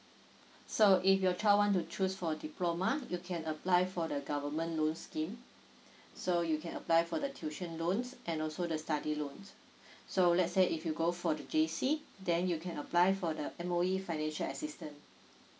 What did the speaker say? so if your child want to choose for diploma you can apply for the government loans scheme so you can apply for the tuition loans and also the study loans so let's say if you go for the J_C then you can apply for the M_O_E financial assistance